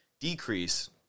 decrease